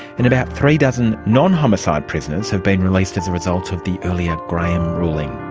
and about three dozen non-homicide prisoners have been released as a result of the earlier graham ruling.